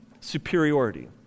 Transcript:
superiority